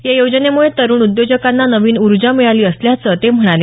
या योजनेम्ळे तरुण उद्योजकांना नवीन ऊर्जा मिळाली असल्याचं ते म्हणाले